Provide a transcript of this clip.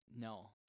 No